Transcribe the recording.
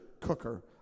cooker